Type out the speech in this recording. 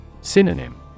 Synonym